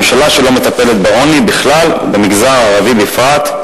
ממשלה שלא מטפלת בעוני בכלל ובמגזר הערבי בפרט.